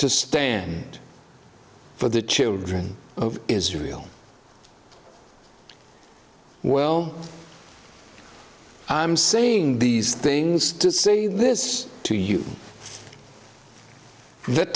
to stand for the children of israel well i'm saying these things to say this to you